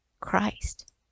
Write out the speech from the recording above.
Christ